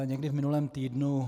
Někdy v minulém týdnu